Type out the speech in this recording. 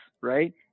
right